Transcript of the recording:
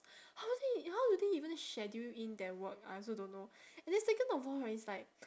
how they how do they even schedule in their work I also don't know and then second of all right it's like